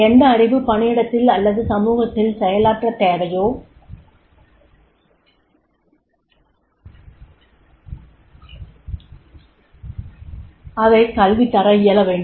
எந்த அறிவு பணியிடத்தில் அல்லது சமூகத்தில் செயலாற்றத் தேவையோ அதை கல்வி தர இயலவேண்டும்